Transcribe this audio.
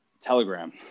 telegram